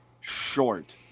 short